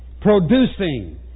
producing